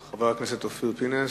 חבר הכנסת אופיר פינס,